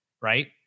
Right